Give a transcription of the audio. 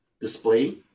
display